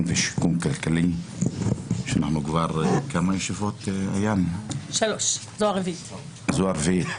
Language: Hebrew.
ושיקום כלכלי להן הקדשנו 4 ישיבות וזו הרביעית.